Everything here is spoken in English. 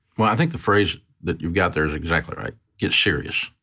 well, i think the phrase that you've got there is exactly right. get serious.